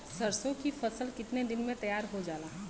सरसों की फसल कितने दिन में तैयार हो जाला?